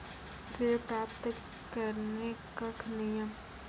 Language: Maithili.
ऋण प्राप्त करने कख नियम?